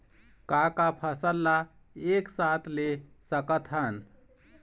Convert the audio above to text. का का फसल ला एक साथ ले सकत हन?